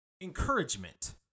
encouragement